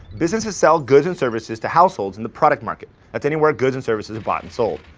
businesses sell goods and services to households in the product market that's anywhere goods and services are bought and sold.